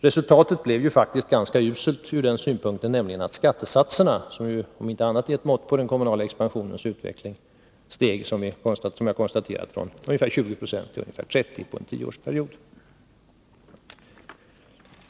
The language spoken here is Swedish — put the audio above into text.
Resultatet blev faktiskt ganska uselt ur den synpunkten, nämligen att skattesatserna — som om inte annat är ett mått på den kommunala expansionens utveckling — steg från ungefär 20 70 till 30 76 under en tioårsperiod.